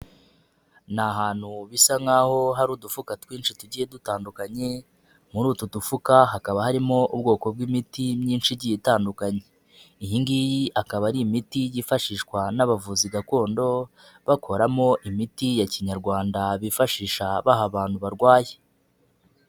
Ni ahantu bisa nk'aho hari udufuka twinshi tugiye dutandukanye, muri utu dufuka hakaba harimo ubwoko bw'imiti myinshi igiye itandukanye ,iyi ngiyi akaba ari imiti yifashishwa n'abavuzi gakondo, bakoramo imiti ya kinyarwanda bifashisha baha abantu barwaye.